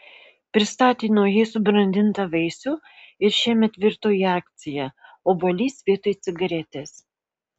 pristatė naujai subrandintą vaisių ir šiemet virto į akciją obuolys vietoj cigaretės